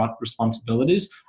responsibilities